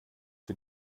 für